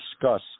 discuss